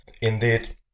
Indeed